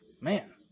Man